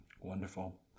Wonderful